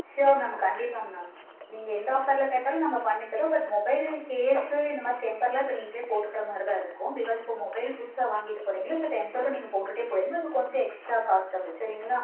sure ma'am கண்டிப்பாக ma'am நீங்கள் எந்த ஆஃபரில் கேட்டாலும் நாங்கள் பண்ணித்தரோம் பட் மொபைல் கேஸ்ஸு இந்த மாதிரி டெம்பர்லாம் இப்போ நீங்களே போட்டுக்கிற மாதிரி தான் இருக்கும் பிகாஸ் இப்போது மொபைல் புதுசாக வாங்கிட்டு போகிறீங்கள்ல ஸோ டெம்பரும் நீங்கள் போட்டுகிட்டே போயிடுங்க அது கொஞ்சம் எக்ஸ்ட்டா காஸ்ட் ஆகும் சரிங்களா